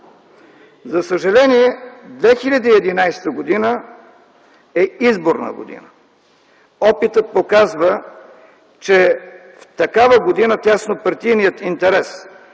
За съжаление, 2011 г. е изборна година. Опитът показва, че в такава година тяснопартийният интерес,